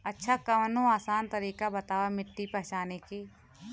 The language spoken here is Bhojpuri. अच्छा कवनो आसान तरीका बतावा मिट्टी पहचाने की?